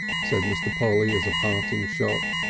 said mr. polly as a parting shot.